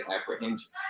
apprehension